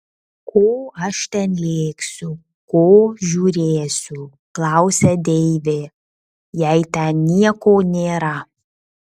ko aš ten lėksiu ko žiūrėsiu klausia deivė jei ten nieko nėra